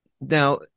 Now